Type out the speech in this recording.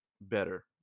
better